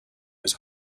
his